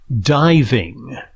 diving